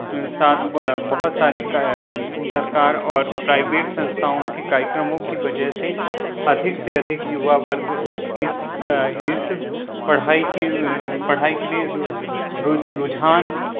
साथ बहुत सारे का सरकार और प्राइवेट संस्थाओं के कार्यक्रमों की वजह से अधिक से अधिक युवा वर्ग इस इस पढ़ाई के पढ़ाई के लिए रुझान